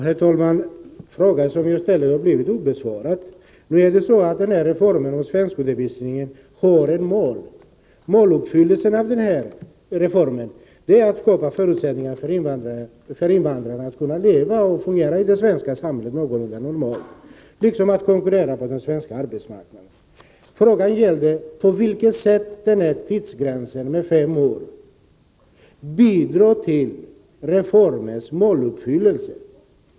Herr talman! Den fråga jag ställde har förblivit obesvarad. Det finns en målsättning för svenskundervisningsreformen, nämligen att skapa förutsättningar för invandrare att leva och fungera någorlunda normalt i det svenska samhället liksom att konkurrera på svenska arbetsmarknaden. Min fråga gällde på vilket sätt tidsgränsen vid fem år bidrar till denna måluppfyllelse.